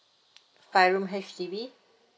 five room H_D_B